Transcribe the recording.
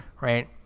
right